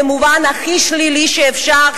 במובן הכי שלילי שאפשר,